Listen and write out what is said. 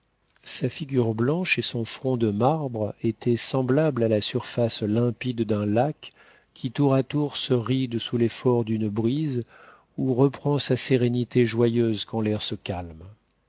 sa figure blanche et son front de marbre étaient semblables à la surface limpide d'un lac qui tour à tour se ride sous l'effort d'une brise ou reprend sa sérénité joyeuse quand l'air se calme